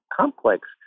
Complex